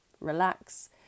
relax